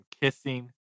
kissing